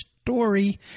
story